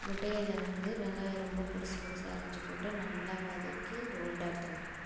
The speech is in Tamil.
முட்டையில் வந்து வெங்காயம் ரொம்ப பொடிசு பொடிசாக அரிஞ்சி போட்டு நல்லா வதக்கி ரோல்டாக எடுத்துரு வரணும்